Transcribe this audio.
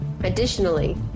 Additionally